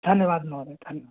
धन्यवादः महोदय धन्य